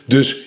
Dus